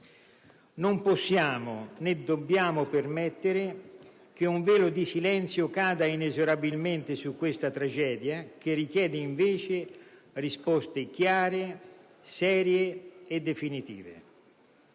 Non possiamo né dobbiamo permettere che un velo di silenzio cada inesorabilmente su questa tragedia, che richiede invece risposte chiare, serie e definitive.